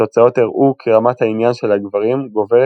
התוצאות הראו כי רמת העניין של הגברים גוברת